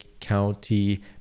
County